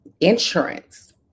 insurance